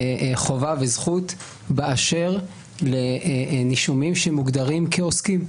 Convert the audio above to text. חובה וזכות, באשר לנישומים שמוגדרים כעוסקים.